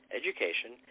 education